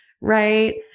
Right